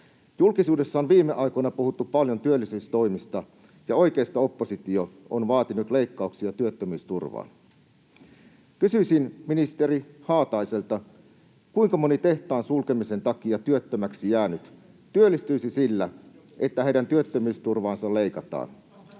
Julkisuudessa on viime aikoina puhuttu paljon työllisyystoimista, ja oikeisto-oppositio on vaatinut leikkauksia työttömyysturvaan. Kysyisin ministeri Haataiselta: Kuinka moni tehtaan sulkemisen takia työttömäksi jäänyt työllistyisi sillä, että heidän työttömyysturvaansa leikataan?